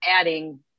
adding